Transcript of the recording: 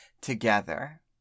together